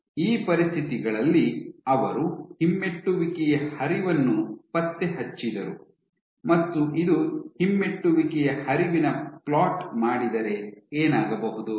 ಈ ಪರಿಸ್ಥಿತಿಗಳಲ್ಲಿ ಅವರು ಹಿಮ್ಮೆಟ್ಟುವಿಕೆಯ ಹರಿವನ್ನು ಪತ್ತೆಹಚ್ಚಿದರು ಮತ್ತು ಇದು ಹಿಮ್ಮೆಟ್ಟುವಿಕೆಯ ಹರಿವಿನ ಫ್ಲೋಟ್ ಮಾಡಿದರೆ ಏನಾಗಬಹುದು